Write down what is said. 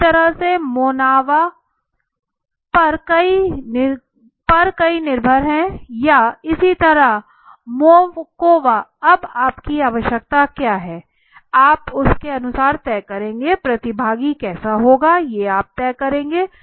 इसी तरह से MONAVA पर कई निर्भर है या इसी तरह MOVCOVA अब आपकी आवश्यकता क्या है आप उसके अनुसार तय करेंगे प्रतिभागी कैसा होगा ये आप तय करेंगे